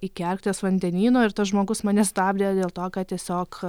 iki arkties vandenyno ir tas žmogus mane stabdė dėl to kad tiesiog